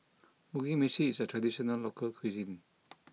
Mugi Meshi is a traditional local cuisine